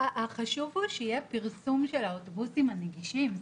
חשוב שיהיה פרסום של האוטובוסים הנגישים.